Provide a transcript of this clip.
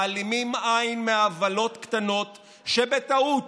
מעלימים עין מעוולות קטנות שבטעות